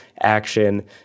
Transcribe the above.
action